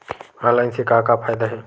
Online से का फ़ायदा हे?